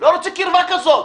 לא רוצה קירבה כזאת.